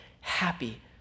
happy